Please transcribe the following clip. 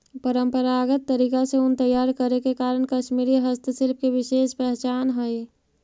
परम्परागत तरीका से ऊन तैयार करे के कारण कश्मीरी हस्तशिल्प के विशेष पहचान हइ